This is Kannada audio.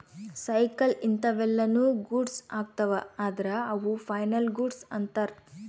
ಸೈಕಲ್ ಇಂತವೆಲ್ಲ ನು ಗೂಡ್ಸ್ ಅಗ್ತವ ಅದ್ರ ಅವು ಫೈನಲ್ ಗೂಡ್ಸ್ ಅಂತರ್